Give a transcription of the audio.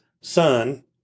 son